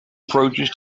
approaches